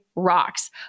rocks